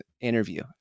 interview